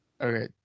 Okay